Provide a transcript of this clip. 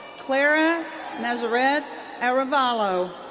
clara nazareth arevalo.